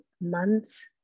months